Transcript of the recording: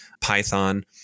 Python